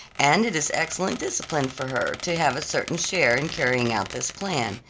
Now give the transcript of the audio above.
and it is excellent discipline for her to have a certain share in carrying out this plan.